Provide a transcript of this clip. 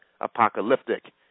apocalyptic